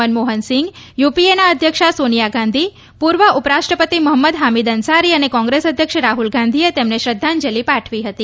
મનમોહન સિંઘ યુપીએના અધ્યક્ષા સોનિયા ગાંધી પૂર્વ ઉપરાષ્ટ્રપતિ મોહંમદ હામિક અન્સારી અને કોંગ્રેસ અધ્યક્ષ રાહ઼લ ગાંધીએ તેમને શ્રદ્વાંજલિ પાઠવી હતી